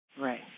Right